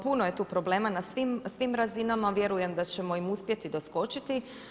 Puno je tu problema na svim razinama vjerujem da ćemo im uspjeti doskočiti.